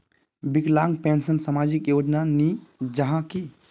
विकलांग पेंशन सामाजिक योजना नी जाहा की?